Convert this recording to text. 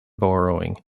borrowing